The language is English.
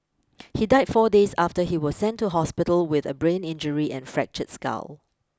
he died four days after he was sent to hospital with a brain injury and fractured skull